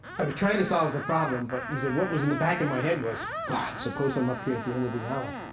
i was trying to solve the problem but he said, what was in the back of my head was, god, suppose i'm up here at the end of the hour.